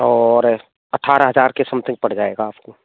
और अठारह हज़ार के समथिंग पड़ जाएगा आपको